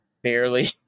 Barely